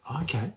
Okay